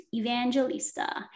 Evangelista